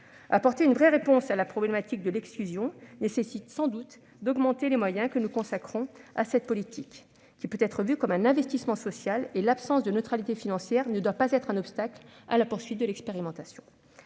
apporter une vraie réponse à la problématique de l'exclusion nécessite sans doute d'augmenter les moyens que nous consacrons à cette politique. En effet, celle-ci peut être vue comme un investissement social et l'absence de neutralité financière ne doit pas être un obstacle à la poursuite de l'expérimentation.